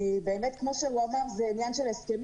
וכמו שהוא אמר זה עניין של הסכמים